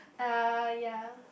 ah ya